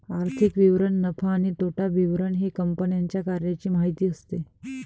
आर्थिक विवरण नफा आणि तोटा विवरण हे कंपन्यांच्या कार्याची माहिती असते